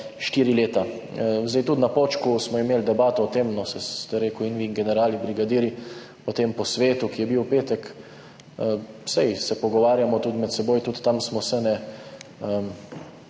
štiri leta? Tudi na Počku smo imeli debato o tem, saj ste rekli, in vi in generali, brigadirji, po tem posvetu, ki je bil v petek. Saj se pogovarjamo tudi med seboj, tudi tam smo se.